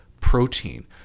protein